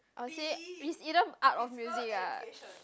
I would say it's either art or music ah